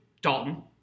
Dalton